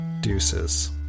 Deuces